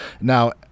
now